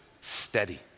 steady